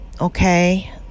okay